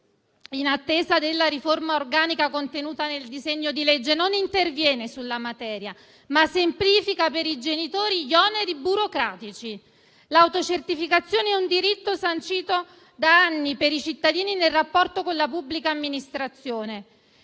in attesa della riforma organica contenuta nel disegno di legge, non interviene sulla materia, ma semplifica gli oneri burocratici per i genitori. L'autocertificazione è un diritto sancito da anni per i cittadini nel rapporto con la pubblica amministrazione